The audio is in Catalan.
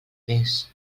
més